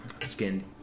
skinned